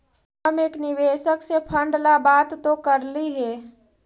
हम एक निवेशक से फंड ला बात तो करली हे